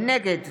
נגד